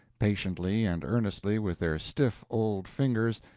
patiently and earnestly, with their stiff old fingers,